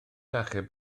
achub